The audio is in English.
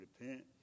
repent